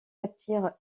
attire